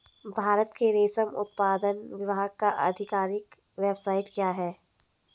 भारत के रेशम उत्पादन विभाग का आधिकारिक वेबसाइट क्या है?